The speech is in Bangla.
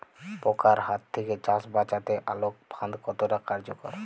পোকার হাত থেকে চাষ বাচাতে আলোক ফাঁদ কতটা কার্যকর?